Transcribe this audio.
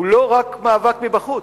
הוא לא רק מאבק מבחוץ.